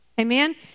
Amen